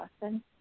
Boston